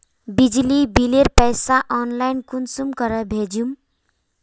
बिजली बिलेर पैसा ऑनलाइन कुंसम करे भेजुम?